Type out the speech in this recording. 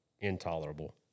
intolerable